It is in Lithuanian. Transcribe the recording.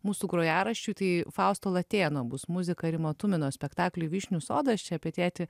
mūsų grojaraščiui tai fausto latėno bus muzika rimo tumino spektakliui vyšnių sodas čia apie tėtį